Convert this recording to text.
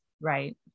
right